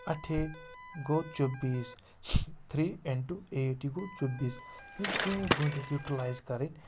اَٹھے گوٚو چوبیس three and two eight یہِ گوٚو چوبیس یِم ژوٚوُہ گٲنٛٹہٕ اَسہِ یوٗٹِلایز کَرٕنۍ